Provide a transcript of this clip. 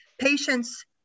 patients